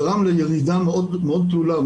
גרם לירידה מאוד תלולה,